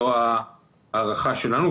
זו ההערכה שלנו,